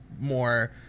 more